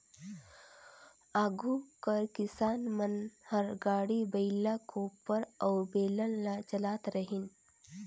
आघु कर किसान मन हर गाड़ी, बइला, कोपर अउ बेलन ल चलात रहिन